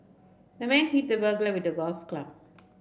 the man hit the burglar with a golf club